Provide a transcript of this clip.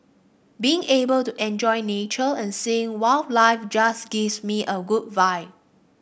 being able to enjoy nature and seeing wildlife just gives me a good vibe